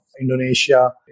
Indonesia